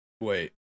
Wait